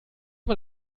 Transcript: mal